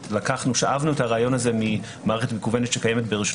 שאבנו את הרעיון הזה ממערכת מקוונת שקיימת ברשות